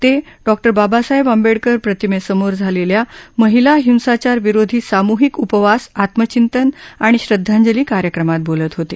ते डॉ बाबासाहेब आंबेडकर प्रतिमेसमोर झालेल्या महिला हिंसाचार विरोधी सामूहिक उपवास आत्मचिंतन आणि श्रद्धांजली कार्यक्रमात बोलत होते